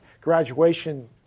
graduation